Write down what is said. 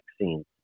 vaccines